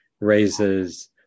raises